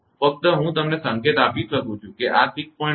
ફક્ત હું તમને આ સંકેત આપી શકું છું કે આ 6